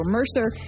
Mercer